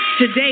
Today